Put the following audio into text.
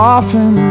Often